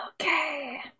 Okay